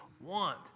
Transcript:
want